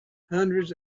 hundreds